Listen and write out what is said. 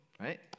right